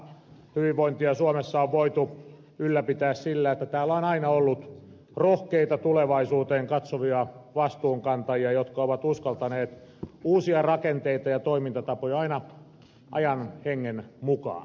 hyvinvointia suomessa on voitu ylläpitää sillä että täällä on aina ollut rohkeita tulevaisuuteen katsovia vastuunkantajia jotka ovat uskaltaneet uusia rakenteita ja toimintatapoja aina ajan hengen mukaan